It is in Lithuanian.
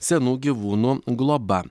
senų gyvūnų globa